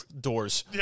doors